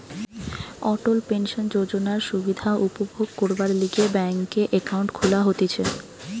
অটল pension যোজনার সুবিধা উপভোগ করবার লিগে ব্যাংকে একাউন্ট খুলা হতিছে